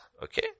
Okay